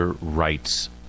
rights